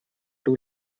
two